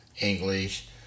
english